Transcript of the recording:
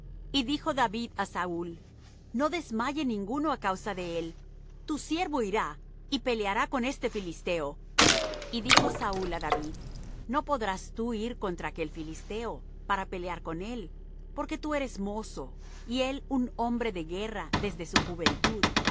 y dijo david á saúl no desmaye ninguno á causa de él tu siervo irá y peleará con este filisteo y dijo saúl á david no podrás tú ir contra aquel filisteo para pelear con él porque tú eres mozo y él un hombre de guerra desde su juventud